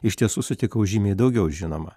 iš tiesų sutikau žymiai daugiau žinoma